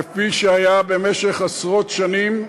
כפי שהיה במשך עשרות שנים,